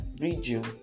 region